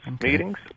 meetings